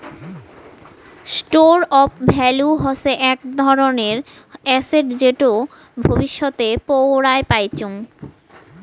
store of value হসে আক ধরণের এসেট যেটো ভবিষ্যতে পৌরাই পাইচুঙ